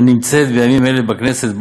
הנמצאת בימים אלה בכנסת,